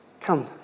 come